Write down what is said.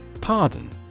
Pardon